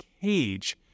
cage